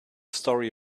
story